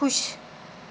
ਖੁਸ਼